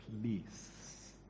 please